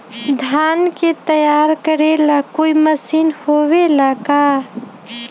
धान के तैयार करेला कोई मशीन होबेला का?